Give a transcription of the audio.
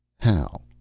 how?